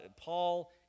Paul